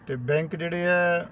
ਅਤੇ ਬੈਂਕ ਜਿਹੜੇ ਹੈ